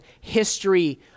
history